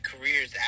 careers